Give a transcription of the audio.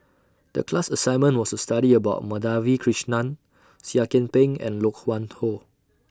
The class assignment was to study about Madhavi Krishnan Seah Kian Peng and Loke Wan Tho